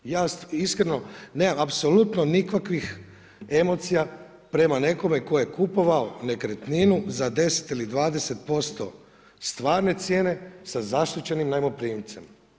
Ja iskreno, ne apsolutno nikakvih emocija prema nekome tko je kupovao nekretninu za 10 ili 20% stvarne cijene sa zaštićenim najmoprimcem.